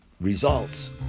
results